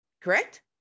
correct